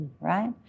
right